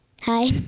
Hi